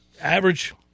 average